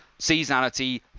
seasonality